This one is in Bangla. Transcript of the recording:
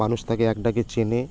মানুষ তাকে এক ডাকে চেনে